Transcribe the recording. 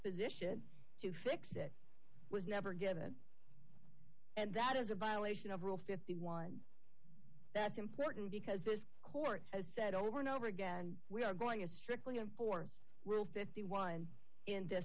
position to fix it was never given and that is a violation of rule fifty one that's important because the court has said over and over again we are going to strictly enforce rule fifty one